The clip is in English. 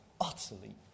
utterly